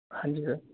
ਹਾਂਜੀ ਸਰ